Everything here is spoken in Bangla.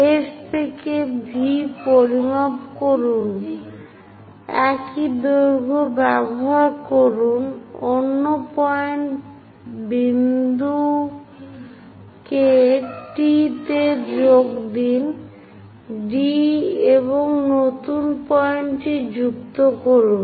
S 'থেকে V পরিমাপ করুন একই দৈর্ঘ্য ব্যবহার করুন অন্য পয়েন্ট বিন্দু কে T' তে যোগ দিন' ডি এবং নতুন পয়েন্টটিকে যুক্ত করুন